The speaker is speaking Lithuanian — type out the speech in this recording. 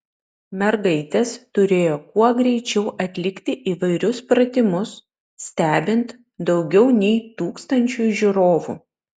mergaitės turėjo kuo greičiau atlikti įvairius pratimus stebint daugiau nei tūkstančiui žiūrovų